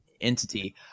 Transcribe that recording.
entity